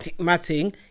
matting